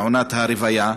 בעונת הרבייה.